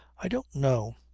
i don't know.